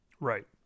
Right